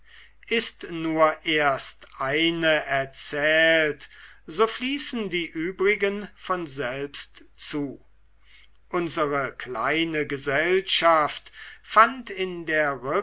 ist nur erst eine erzählt so fließen die übrigen von selbst zu unsere kleine gesellschaft fand in der